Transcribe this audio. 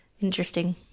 Interesting